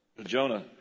Jonah